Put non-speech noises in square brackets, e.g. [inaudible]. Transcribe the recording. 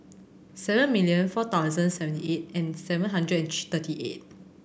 seven million four thousand seventy eight and seven hundred [hesitation] thirty eight